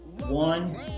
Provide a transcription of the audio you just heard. one